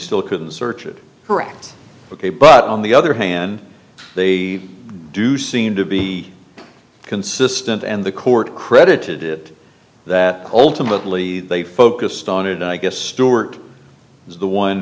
still couldn't search it correct ok but on the other hand they do seem to be consistent and the court credited it that ultimately they focused on it i guess stuart is the one